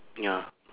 ya